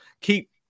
Keep